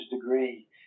degree